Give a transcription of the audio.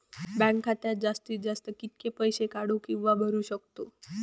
Bank खात्यात जास्तीत जास्त कितके पैसे काढू किव्हा भरू शकतो?